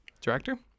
Director